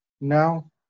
Now